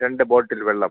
രണ്ട് ബോട്ടിൽ വെള്ളം